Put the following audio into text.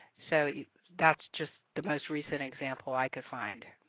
so that's just the most recent example i could find.